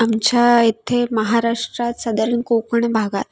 आमच्या इथे महाराष्ट्रात साधारण कोकण भागात